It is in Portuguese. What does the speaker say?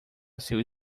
seu